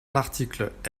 l’article